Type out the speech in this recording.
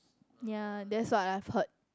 ya that's what I have heard